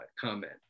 comment